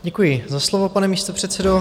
Děkuji za slovo, pane místopředsedo.